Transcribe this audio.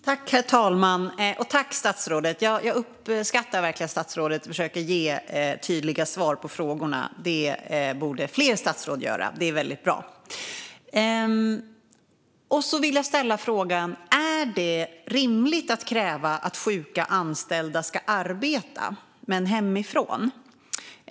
Herr talman! Tack, statsrådet! Jag uppskattar verkligen att statsrådet försöker ge tydliga svar på frågorna. Det borde fler statsråd göra. Det är väldigt bra! Och så vill jag ställa frågan: Är det rimligt att kräva att sjuka anställda ska arbeta, men hemifrån?